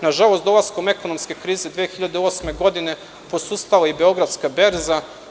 Nažalost, dolaskom ekonomske krize 2008. godine posustala je i Beogradska berza.